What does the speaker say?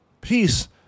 Peace